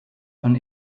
von